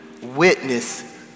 Witness